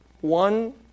One